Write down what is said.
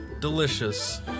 delicious